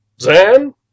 Zan